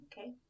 okay